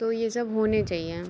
तो यह सब होने चाहिए